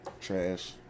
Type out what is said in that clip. Trash